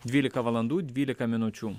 dvylika valandų dvylika minučių